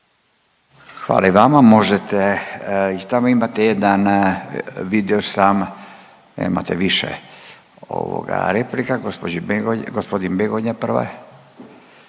Hvala i vama. Možete, i tamo imate jedan vidio sam, imate više replika. Gospodin Begonja prva.